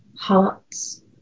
Hearts